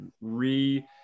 re